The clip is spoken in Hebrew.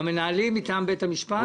המנהלים מטעם בית המשפט?